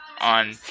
on